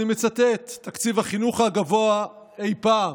אני מצטט: תקציב החינוך הגבוה אי פעם.